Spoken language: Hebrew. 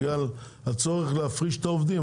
בגלל הצורך להפריש את העובדים.